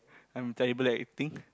I'm terrible at acting